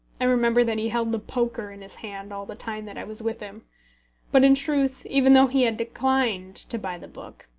i remember that he held the poker in his hand all the time that i was with him but in truth, even though he had declined to buy the book,